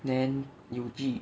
then 有 G